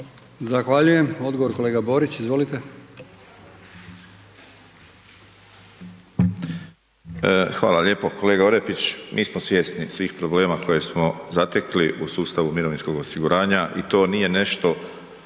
Zahvaljujem. Odgovor, kolega Mrsić, izvolite.